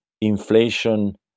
inflation